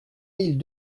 mille